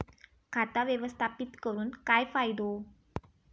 खाता व्यवस्थापित करून काय फायदो?